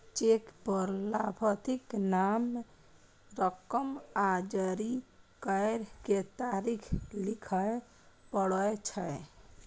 cheque पर लाभार्थीक नाम, रकम आ जारी करै के तारीख लिखय पड़ै छै